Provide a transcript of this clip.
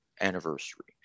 anniversary